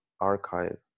archive